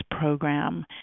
program